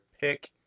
pick